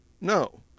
No